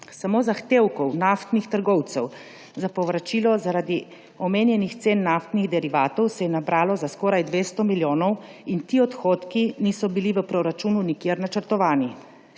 Samo zahtevkov naftnih trgovcev za povračilo zaradi omenjenih cen naftnih derivatov se je nabralo za skoraj 200 milijonov in ti odhodki niso bili v proračunu nikjer načrtovani.